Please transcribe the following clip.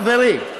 חברי,